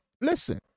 listen